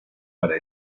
para